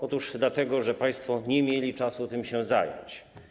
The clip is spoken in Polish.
Otóż dlatego, że państwo nie mieli czasu tym się zająć.